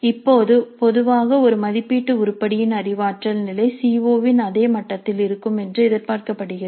இப்போது பொதுவாக ஒரு மதிப்பீட்டு உருப்படியின் அறிவாற்றல் நிலை சீ ஓ இன் அதே மட்டத்தில் இருக்கும் என்று எதிர்பார்க்கப்படுகிறது